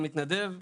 כמתנדב וכולי.